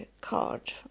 card